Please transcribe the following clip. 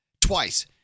twice